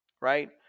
right